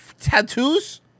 tattoos